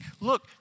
look